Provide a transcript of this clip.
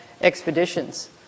expeditions